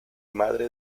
madre